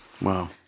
Wow